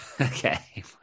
Okay